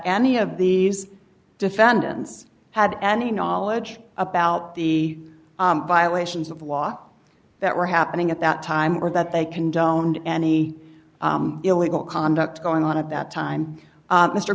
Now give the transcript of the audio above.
any of these defendants had any knowledge about the violations of law that were happening at that time or that they condoned any illegal conduct going on at that time